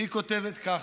היא כותבת ככה: